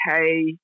hey